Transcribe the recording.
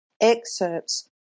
excerpts